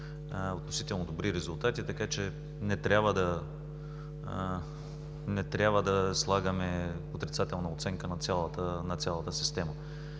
относително добри резултати, така че не трябва да слагаме отрицателна оценка на цялата система.